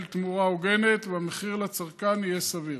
תמורה הוגנת והמחיר לצרכן יהיה סביר.